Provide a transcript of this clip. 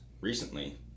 recently